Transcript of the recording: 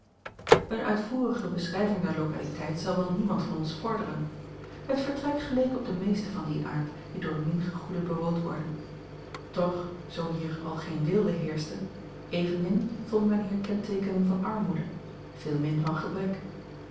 een uitvoerige beschrijving der lokaliteit zal wel niemand van ons vorderen het vertrek geleek op de meesten van dien aard die door mingegoeden bewoond worden och zoo hier al geen weelde heerschte evenmin vond men hier kenteekenen van armoede veelmin van gebrek